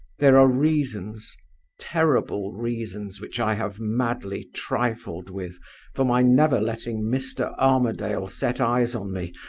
there are reasons terrible reasons, which i have madly trifled with for my never letting mr. armadale set eyes on me,